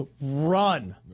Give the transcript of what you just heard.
run